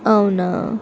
అవునా